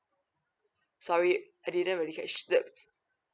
sorry I didn't really catch the